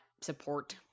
support